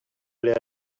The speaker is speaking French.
aller